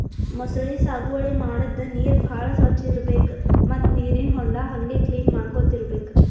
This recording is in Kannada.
ಮೊಸಳಿ ಸಾಗುವಳಿ ಮಾಡದ್ದ್ ನೀರ್ ಭಾಳ್ ಸ್ವಚ್ಚ್ ಇರ್ಬೆಕ್ ಮತ್ತ್ ನೀರಿನ್ ಹೊಂಡಾ ಹಂಗೆ ಕ್ಲೀನ್ ಮಾಡ್ಕೊತ್ ಇರ್ಬೆಕ್